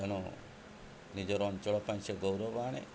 ତେଣୁ ନିଜର ଅଞ୍ଚଳ ପାଇଁ ସେ ଗୌରବ ଆଣେ